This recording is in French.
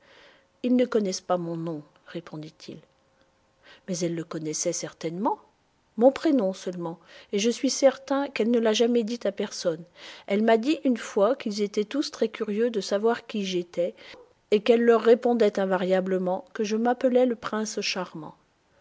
ils ne connaissent pas mon nom répondit-il mais elle le connaissait certainement mon prénom seulement et je suis certain qu'elle ne l'a jamais dit à personne elle m'a dit une fois qu'ils étaient tous très curieux de savoir qui j'étais et qu'elle leur répondait invariablement que je m'appelais le prince charmant